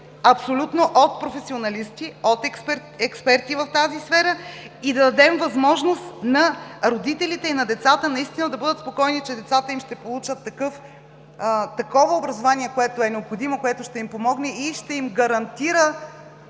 абсолютно от професионалисти, от експерти от тази сфера и да дадем възможност на родителите и на децата наистина да бъдат спокойни, че децата им ще получат такова образование, което е необходимо, което ще им помогне и ще им гарантира